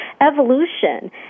evolution